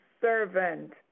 servant